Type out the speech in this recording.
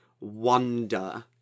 wonder